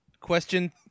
Question